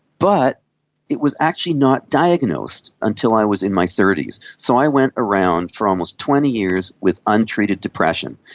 but it was actually not diagnosed until i was in my thirty s. so i went around for almost twenty years with untreated depression.